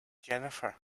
jennifer